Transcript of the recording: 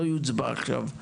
לא יוצבע עכשיו.